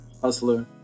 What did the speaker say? hustler